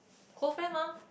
close friend mah